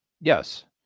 Yes